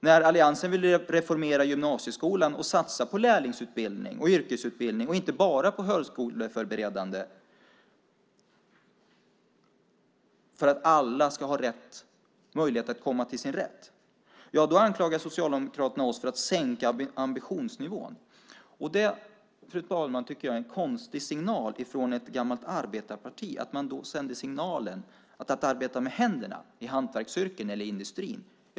När alliansen vill reformera gymnasieskolan och satsa på lärlingsutbildning och yrkesutbildning och inte bara på högskoleförberedande utbildning för att alla ska ha möjlighet att komma till sin rätt anklagar Socialdemokraterna oss för att sänka ambitionsnivån. Det, fru talman, tycker jag är en konstig signal från ett gammalt arbetarparti. Man sänder signalen att det inte är lika fint att arbeta med händerna i hantverksyrken eller industrin.